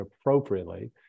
appropriately